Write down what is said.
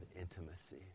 intimacy